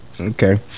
Okay